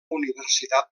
universitat